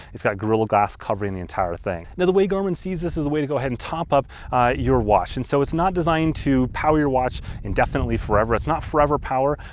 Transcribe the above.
it's got a gorilla glass covering the entire thing. now the way garmin sees this is a way to go ahead and top up your watch, and so it's not designed to power your watch indefinitely forever. it's not forever power.